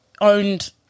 owned